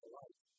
life